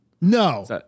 No